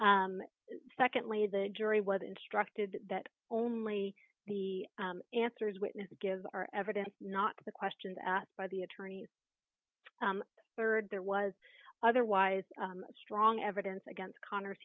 secondly the jury was instructed that only the answers witness give our evidence not the questions asked by the attorneys rd there was otherwise strong evidence against connors